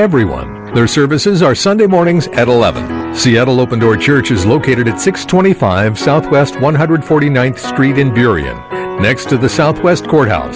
everyone their services are sunday mornings at eleven seattle open door church is located at six twenty five south west one hundred forty ninth street in derrida next to the southwest courthouse